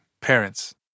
parents